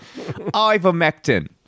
Ivermectin